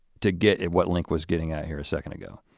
to get at what link was getting out here a second ago.